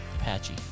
Apache